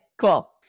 Cool